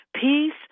peace